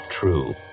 true